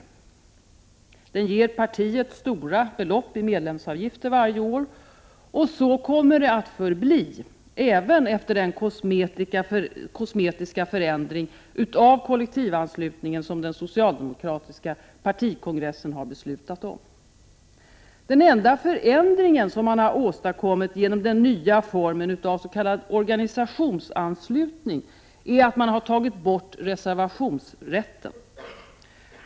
Den ger partiet stora belopp i medlemsavgifter varje år. Och så kommer det att förbli även efter den kosmetiska förändring av kollektivanslutningen som den socialdemokratiska partikongressen har beslutat om. Den enda förändring som har åstadkommits genom den nya formen av s.k. organisationsanslutning är att reservationsrätten har tagits bort.